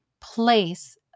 place